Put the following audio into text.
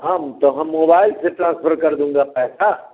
हम तो हम मोबाइल से ट्रांसफर कर दूँगा पैसा